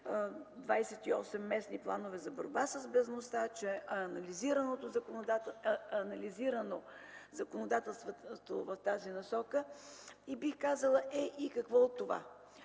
28 местни планове за борба с бедността, че е анализирано законодателството в тази насока. Бих казала: „Е, и какво от това?!”